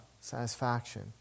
satisfaction